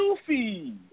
Sufi